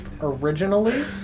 originally